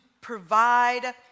provide